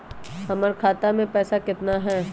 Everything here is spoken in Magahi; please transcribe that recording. हमर खाता मे पैसा केतना है?